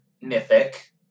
mythic